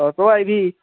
অঁ তই আহিবি